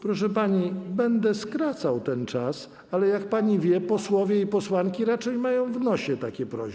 Proszę pani, będę skracał ten czas, ale jak pani wie, posłowie i posłanki raczej mają w nosie takie prośby.